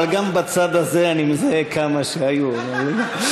אבל גם בצד הזה אני מזהה כמה שהיו בליכוד.